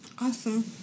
Awesome